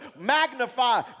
magnify